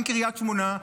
אין קריית שמונה,